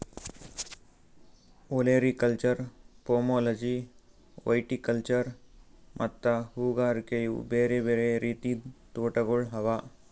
olericulture, pomology, viticulture ಮತ್ತ ಹೂಗಾರಿಕೆ ಇವು ಬೇರೆ ಬೇರೆ ರೀತಿದ್ ತೋಟಗೊಳ್ ಅವಾ